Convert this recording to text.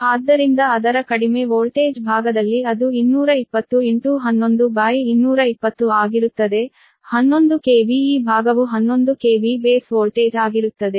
ಆದ್ದರಿಂದ ಅದರ ಕಡಿಮೆ ವೋಲ್ಟೇಜ್ ಭಾಗದಲ್ಲಿ ಅದು 220 11220 ಆಗಿರುತ್ತದೆ 11 KV ಈ ಭಾಗವು 11 KV ಬೇಸ್ ವೋಲ್ಟೇಜ್ ಆಗಿರುತ್ತದೆ